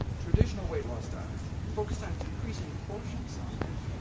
traditional weight-loss diets focus on decreasing portion size,